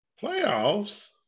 Playoffs